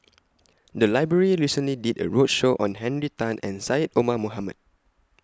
The Library recently did A roadshow on Henry Tan and Syed Omar Mohamed